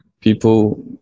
people